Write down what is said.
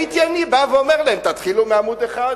שהייתי בא ואומר להם: תתחילו מעמוד 1,